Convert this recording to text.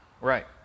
Right